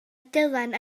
dylan